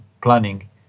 planning